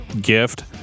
gift